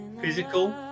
Physical